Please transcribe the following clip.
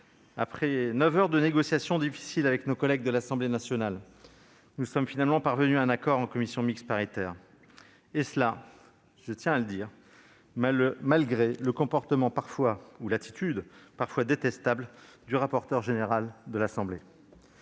Après neuf heures de négociations difficiles avec nos collègues de l'Assemblée nationale, nous sommes finalement parvenus à un accord en commission mixte paritaire, et ce, je tiens à le dire, malgré l'attitude parfois détestable du rapporteur général de la